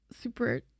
super